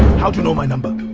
how do you know my number?